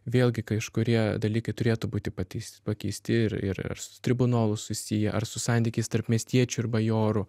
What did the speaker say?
vėlgi kažkurie dalykai turėtų būti pateis pakeisti ir ir ir su tribunolu susiję ar su santykiais tarp miestiečių ir bajorų